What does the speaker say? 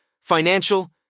financial